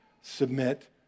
submit